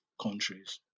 countries